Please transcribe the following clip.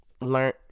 learn